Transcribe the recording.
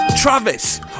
Travis